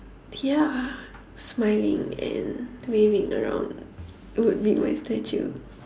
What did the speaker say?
ya smiling and waving around would be my statue